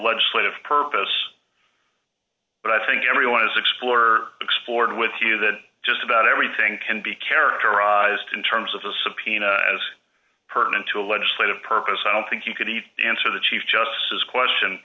legislative purpose but i think everyone is explore explored with you that just about everything can be characterized in terms of a subpoena pertinent to a legislative purpose i don't think you could even answer the chief justice question